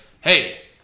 hey